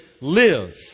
live